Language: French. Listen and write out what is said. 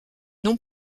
non